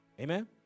Amen